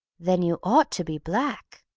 then you ought to be black,